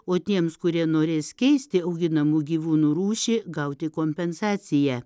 o tiems kurie norės keisti auginamų gyvūnų rūšį gauti kompensaciją